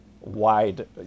wide